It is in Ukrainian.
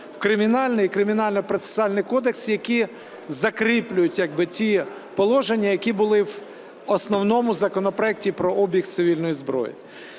в Кримінальний і Кримінально-процесуальний кодекси, які закріплюють як би ті положення, які були в основному законопроекті про обіг цивільної зброї.